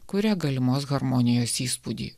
kuria galimos harmonijos įspūdį